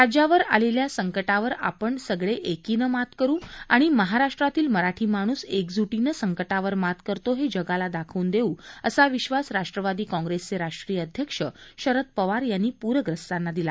राज्यावर आलेल्या संकटावर आपण सगळे एकीनं मात करु आणि महाराष्ट्रातील मराठी माणूस एकजूटीनं संकटावर मात करतो हे जगाला दाखवून देवू असा विश्वास राष्ट्रवादी काँग्रेसचे राष्ट्रीय अध्यक्ष शरद पवार यांनी पूरग्रस्तांना दिला